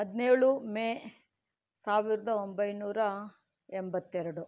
ಹದಿನೇಳು ಮೇ ಸಾವಿರದ ಒಂಬೈನೂರ ಎಂಬತ್ತೆರಡು